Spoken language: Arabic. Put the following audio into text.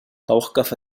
توقفت